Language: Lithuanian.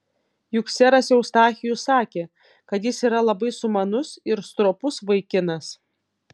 juk seras eustachijus sakė kad jis yra labai sumanus ir stropus vaikinas